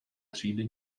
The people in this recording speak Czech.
třídy